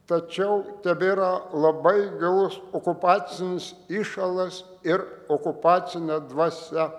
tačiau tebėra labai gilus okupacinis įšalas ir okupacinė dvasia